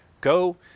go